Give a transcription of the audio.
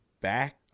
back